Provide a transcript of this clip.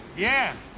yeah,